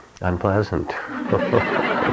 unpleasant